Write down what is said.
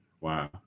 Wow